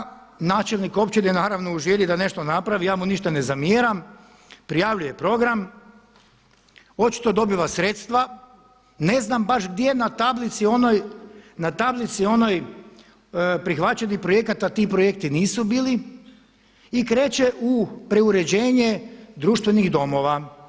Pa se događa da načelnik općine naravno u želji da nešto napravi, ja mu ništa ne zamjeram, prijavljuje program, očito dobiva sredstva, ne znam baš gdje na tablici onoj, na tablici onoj prihvaćenih projekata ti projekti nisu bili i kreće u preuređenje društvenih domova.